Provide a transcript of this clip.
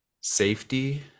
safety